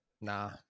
Nah